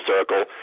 circle